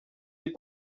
des